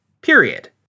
Period